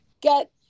get